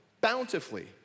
bountifully